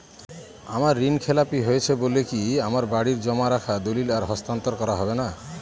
আমার ঋণ খেলাপি হয়েছে বলে কি আমার বাড়ির জমা রাখা দলিল আর হস্তান্তর করা হবে না?